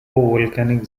volcanic